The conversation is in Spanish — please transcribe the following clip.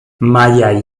maya